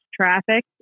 traffic